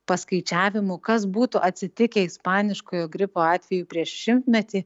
paskaičiavimų kas būtų atsitikę ispaniškojo gripo atveju prieš šimtmetį